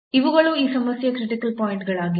ಇವುಗಳು ಈ ಸಮಸ್ಯೆಯ ಕ್ರಿಟಿಕಲ್ ಪಾಯಿಂಟ್ ಗಳಾಗಿವೆ